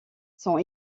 sont